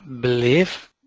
believe